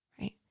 right